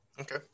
Okay